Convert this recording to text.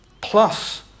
Plus